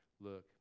look